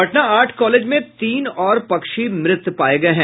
Patna art college में तीन और पक्षी मृत पाये गये हैं